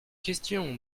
question